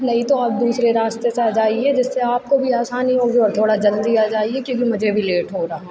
नहीं तो आप दूसरे रास्ते से आ जाइए जिससे आपको भी आसानी होगी और थोड़ा जल्दी आ जाइए क्योकि मुझे भी लेट हो रहा